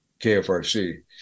KFRC